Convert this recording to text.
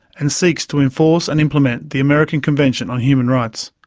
and seeks to enforce and implement the american convention on human rights.